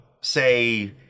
say